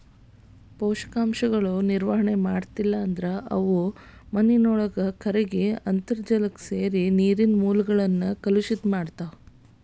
ಪೋಷಕಾಂಶಗಳ ನಿರ್ವಹಣೆ ಮಾಡ್ಲಿಲ್ಲ ಅಂದ್ರ ಅವು ಮಾನಿನೊಳಗ ಕರಗಿ ಅಂತರ್ಜಾಲಕ್ಕ ಸೇರಿ ನೇರಿನ ಮೂಲಗಳನ್ನ ಕಲುಷಿತ ಮಾಡ್ತಾವ